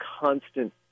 constant